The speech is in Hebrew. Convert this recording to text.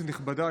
כנסת נכבדה,